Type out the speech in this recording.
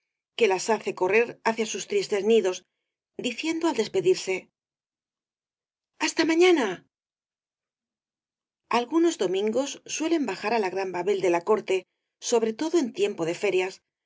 que las hace correr hacia sus tristes nidos diciendo al despedirse hasta mañana algunos domingos suelen bajar á la gran babel de la corte sobre todo en tiempo de ferias